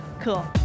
cool